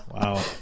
Wow